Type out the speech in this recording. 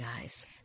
guys